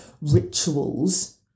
rituals